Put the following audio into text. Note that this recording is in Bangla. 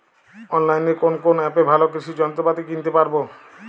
অনলাইনের কোন অ্যাপে ভালো কৃষির যন্ত্রপাতি কিনতে পারবো?